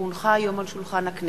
כי הונחו היום על שולחן הכנסת,